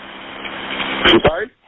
sorry